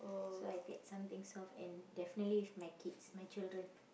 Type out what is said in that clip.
so I take something soft and definitely is my kids my children